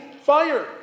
fire